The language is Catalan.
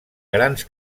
grans